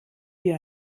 wir